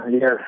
Yes